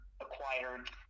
acquired